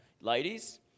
ladies